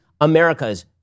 America's